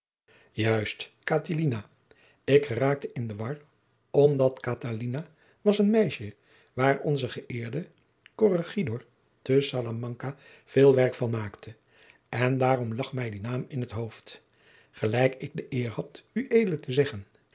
juist catilina ik geraakte in de war omdat catalina was een meisje waar onze gëeerde corregidor te salamanka veel werk van maakte en daarom lag mij die naam in t hoofd gelijk ik de eer had ued te zeggen